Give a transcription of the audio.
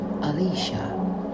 Alicia